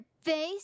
face